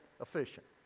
efficient